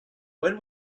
when